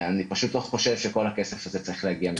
אני פשוט שכל הכסף הזה צריך להגיע מתקציב המדינה.